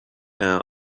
our